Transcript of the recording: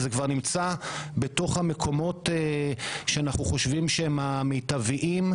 אבל זה כבר נמצא בתוך המקומות שאנחנו חושבים שהם המיטביים,